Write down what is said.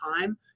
time